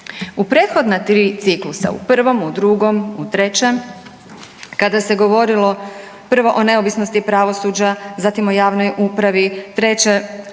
U prethodna 3 ciklusa u 1, u 2, u 3 kada se govorilo prvo o neovisnosti pravosuđa zatim o javnoj upravi, 3